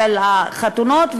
של החתונות,